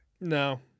No